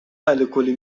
الکلی